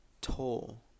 toll